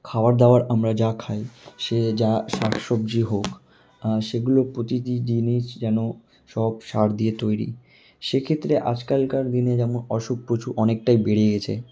খাওয়ার দাওয়ার আমরা যা খাই সে যা শাকসবজি হোক সেগুলো প্রতিটি জিনিস যেন সব সার দিয়ে তৈরি সেক্ষেত্রে আজকালকার দিনে যেমন অসুখ প্রচুর অনেকটাই বেড়ে গিয়েছে